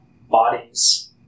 bodies